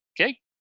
okay